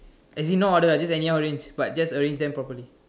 as in not order ah just anyhow arrange but just arrange them properly